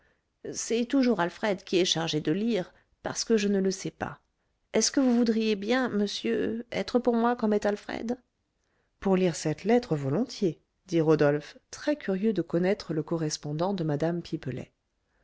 c'est toujours alfred qui est chargé de lire parce que je ne le sais pas est-ce que vous voudriez bien monsieur être pour moi comme est alfred pour lire cette lettre volontiers dit rodolphe très-curieux de connaître le correspondant de mme pipelet